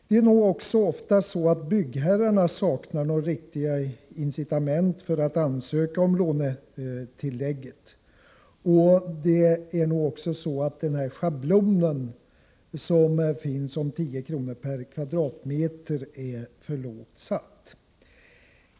Ofta saknar nog också byggherrarna de riktiga incitamenten för att ansöka om detta lånetillägg, och schablonbeloppet på 10 kr. per kvadratmeter är nog också för lågt.